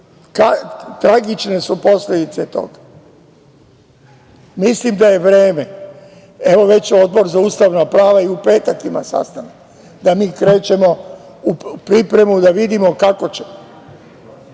tragične su posledice toga. Mislim da je vreme, evo već Odbor za ustavna prava i u petak ima sastanak, da mi krećemo u pripremu da vidimo kako ćemo